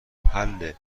حله